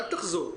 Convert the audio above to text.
אל תחזור.